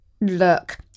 Look